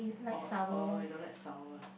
oh oh you don't like sour